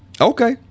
Okay